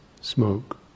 smoke